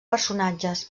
personatges